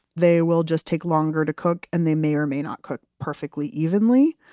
they will just take longer to cook, and they may or may not cook perfectly evenly.